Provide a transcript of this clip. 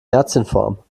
herzchenform